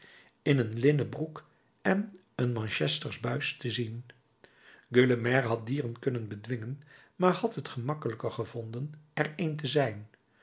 in een linnen broek en een manchestersch buis te zien gueulemer had dieren kunnen bedwingen maar had het gemakkelijker gevonden er een te zijn